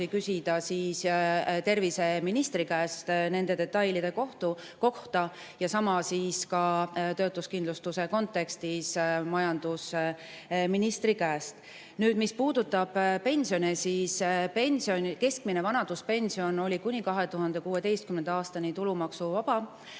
küsida täpsustusi nende detailide kohta ja sama ka töötuskindlustuse kontekstis majandusministri käest. Mis puudutab pensione, siis keskmine vanaduspension oli kuni 2016. aastani tulumaksuvaba,